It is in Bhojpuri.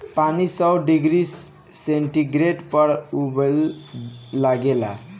पानी सौ डिग्री सेंटीग्रेड पर उबले लागेला